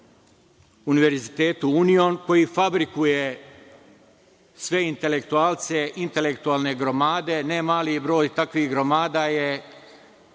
Univerzitetu Union koji fabrikuje sve intelektualce, intelektualne gromade, ne mali broj takvih gromada je